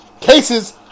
cases